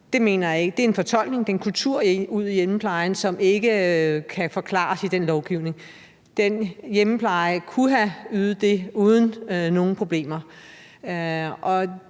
Det mener jeg ikke. Det er en fortolkning, det er en kultur ude i hjemmeplejen, som ikke kan forklares i den lovgivning. Den hjemmepleje kunne have ydet det uden nogen problemer,